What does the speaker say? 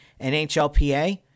NHLPA